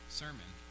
sermon